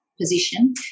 position